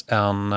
en